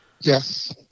Yes